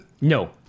No